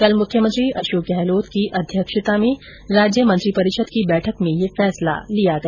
कल मुख्यमंत्री अशोक गहलोत की अध्यक्षता में राज्य मंत्रीपरिषद की बैठक में यह फैसला किया गया